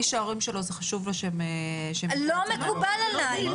מי שההורים שלו, זה חשוב להם --- לא מקובל עליי.